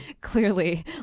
Clearly